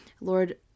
lord